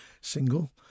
single